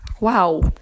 Wow